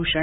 घोषणा